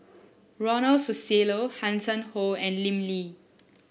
Ronald Susilo Hanson Ho and Lim Lee